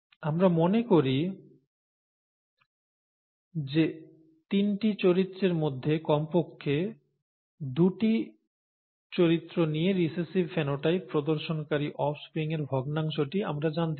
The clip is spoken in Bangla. আমরা মনে করি যে তিনটি চরিত্রের মধ্যে কমপক্ষে দুটি চরিত্র নিয়ে রিসেসিভ ফিনোটাইপ প্রদর্শনকারী অফস্প্রিংয়ের ভগ্নাংশটি আমরা জানতে চাই